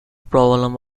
problem